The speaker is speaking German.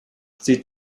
sieht